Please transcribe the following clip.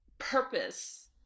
purpose